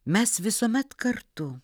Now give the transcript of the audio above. mes visuomet kartu